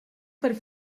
per